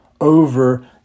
over